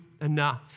enough